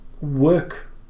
work